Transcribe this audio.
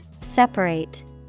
separate